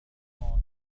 الكرة